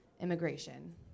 immigration